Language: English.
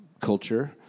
culture